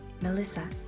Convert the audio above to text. Melissa